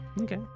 okay